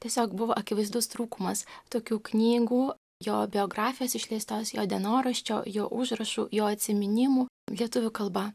tiesiog buvo akivaizdus trūkumas tokių knygų jo biografijos išleistos jo dienoraščio jo užrašų jo atsiminimų lietuvių kalba